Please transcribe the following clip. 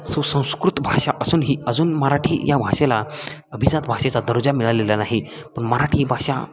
सुसंस्कृत भाषा असूनही अजून मराठी या भाषेला अभिजात भाषेचा दर्जा मिळालेला नाही पण मराठी भाषा